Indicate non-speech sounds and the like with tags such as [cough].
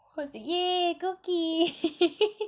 cause they !yay! cookie [laughs]